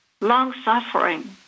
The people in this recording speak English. long-suffering